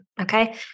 okay